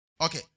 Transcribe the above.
Okay